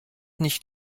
nicht